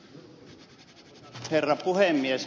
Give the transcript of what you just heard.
arvoisa herra puhemies